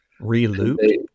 reloop